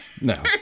No